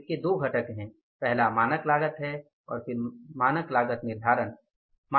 इसके दो घटक हैं पहला मानक लागत है फिर मानक लागत निर्धारण है